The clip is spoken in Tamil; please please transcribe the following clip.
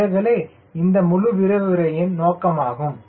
இவைகளே இந்த முழு விரிவுரை நோக்கமாகும்